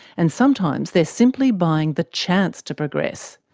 and sometimes they're simply buying the chance to progress.